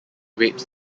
rapes